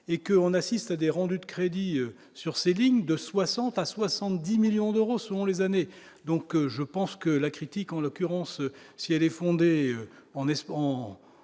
et que, on assiste à des rendus de crédit sur ses lignes de 60 à 70 millions d'euros, selon les années, donc je pense que la critique en l'occurrence, si elle est fondée en